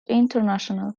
international